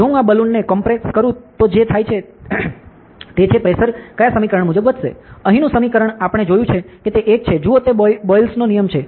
જો હું બલૂન ને કોમ્પ્રેસ કરું તો જે થાય છે તે છે પ્રેશર કયા સમીકરણ મુજબ વધશે અહીંનું સમીકરણ કે આપણે જોયું છે કે તે એક છે જુઓ તે બોયલેનો નિયમ છે